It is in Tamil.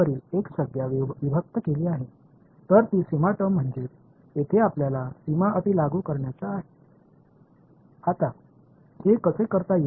எனவே அந்த எல்லை வெளிப்பாடுகளே பௌண்டரி கண்டிஷன்ஸ் களை விதிக்க வேண்டும் இப்போது நாம் எப்படி செய்வோம் என்பது தெளிவாகத் தெரியவில்லை ஆனால் அதை நோக்கி செல்வோம்